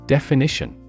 Definition